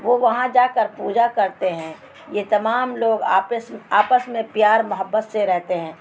وہ وہاں جا کر پوجا کرتے ہیں یہ تمام لوگ آپس آپس میں پیار محبت سے رہتے ہیں